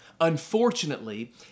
Unfortunately